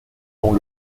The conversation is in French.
dont